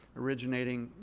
originating,